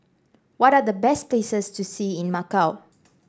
what are the best places to see in Macau